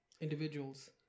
individuals